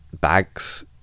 bags